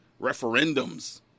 referendums